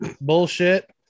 Bullshit